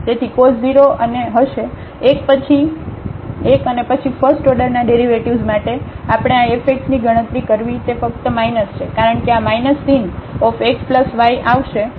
તેથી cos 0 હશે 1 અને પછી ફસ્ટ ઓર્ડર ના ડેરિવેટિવ્ઝ માટે આપણે આ FX ની ગણતરી કરવી તે ફક્ત માઇનસ છે કારણ કે આ sin x y આપશે અને પછી 0 0 પર આ 0 હશે